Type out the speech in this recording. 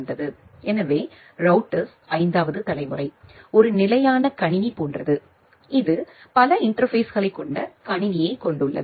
எனவே ரௌட்டர்ஸ் 5 தலைமுறை ஒரு நிலையான கணினி போன்றது இது பல இன்டர்பேஸ்களைக் கொண்ட கணினியைக் கொண்டுள்ளது